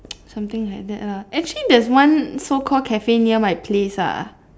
something like that lah actually there is one so call cafe near my place lah